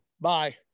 Bye